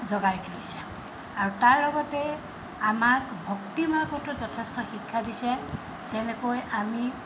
জগাই তুলিছে আৰু তাৰ লগতে আমাক ভক্তি মাৰ্গতো যথেষ্ট শিক্ষা দিছে তেনেকৈ আমি